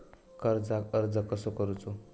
कर्जाक अर्ज कसो करूचो?